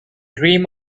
dream